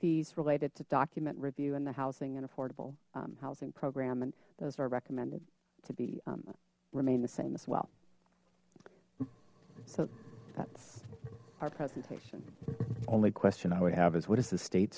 s related to document review in the housing and affordable housing program and those are recommended to be remain the same as well so that's our presentation only question i would have is what is the state